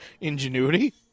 Ingenuity